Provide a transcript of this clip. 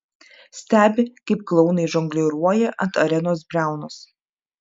stebi kaip klounai žongliruoja ant arenos briaunos